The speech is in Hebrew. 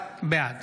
בעד